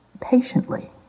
patiently